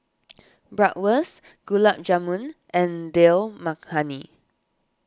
Bratwurst Gulab Jamun and Dal Makhani